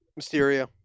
Mysterio